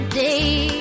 day